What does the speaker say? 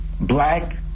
black